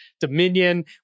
Dominion